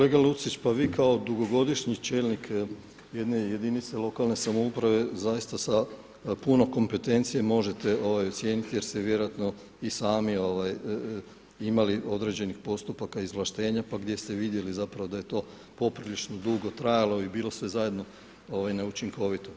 Kolega Lucić, pa vi kao dugogodišnji čelnik jedne jedinice lokalne samouprave zaista sa puno kompetencije možete ocijeniti jer ste vjerojatno i sami imali određenih postupaka izvlaštenja, pa gdje ste vidjeli zapravo da je to poprilično dugo trajalo i bilo sve zajedno neučinkovito.